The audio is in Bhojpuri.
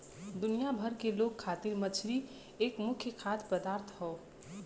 दुनिया भर के लोग खातिर मछरी एक मुख्य खाद्य पदार्थ हौ